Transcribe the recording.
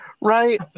Right